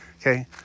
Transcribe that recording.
Okay